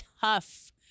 tough